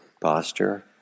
posture